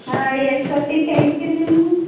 ಹಾಂ ಎಷ್ಟೊತ್ತಿಗೆ ತೆರಿತೀರ್ರಿ ನೀವು